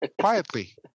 quietly